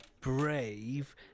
brave